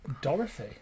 Dorothy